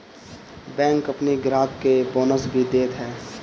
bank अपनी ग्राहक के बोनस भी देत हअ